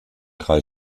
drei